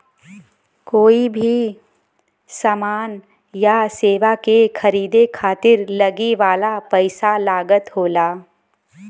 कोई भी समान या सेवा के खरीदे खातिर लगे वाला पइसा लागत होला